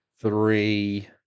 three